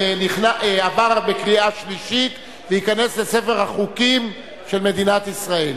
עברה בקריאה שלישית והחוק ייכנס לספר החוקים של מדינת ישראל.